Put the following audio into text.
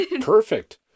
Perfect